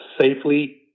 safely